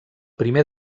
primer